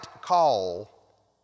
call